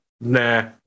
Nah